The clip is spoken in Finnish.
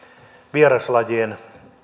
vieraslajien